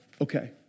okay